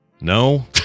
No